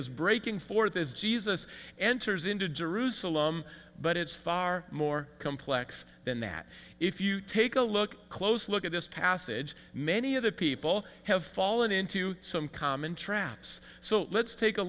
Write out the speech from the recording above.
is breaking for the jesus enters into jerusalem but it's far more complex than that if you take a look close look at this passage many of the people have fallen into some common traps so let's take a